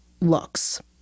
looks